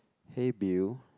hey Bill